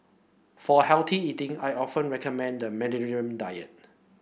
for healthy eating I often recommend the Mediterranean diet